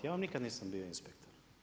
Ja vam nikad nisam bio inspektor.